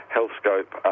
HealthScope